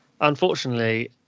unfortunately